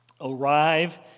arrive